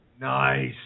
Nice